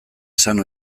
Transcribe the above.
esan